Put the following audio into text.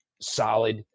solid